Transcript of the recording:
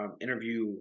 interview